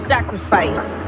Sacrifice